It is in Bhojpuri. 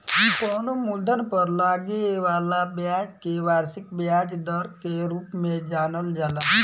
कवनो मूलधन पर लागे वाला ब्याज के वार्षिक ब्याज दर के रूप में जानल जाला